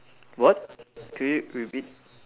what can you repeat